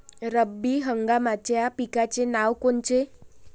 रब्बी हंगामाच्या पिकाचे नावं कोनचे?